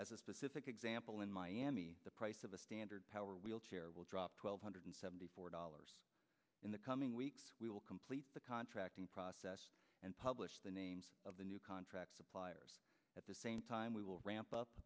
as a specific example in miami the price of a standard power wheelchair will drop twelve hundred seventy four dollars in the coming weeks we will complete the contracting process and publish the names of the new contract suppliers at the same time we will ramp up